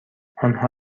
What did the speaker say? آنها